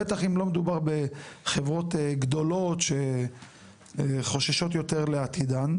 בטח אם לא מדובר בחברות גדולות שחוששות יותר לעתידן,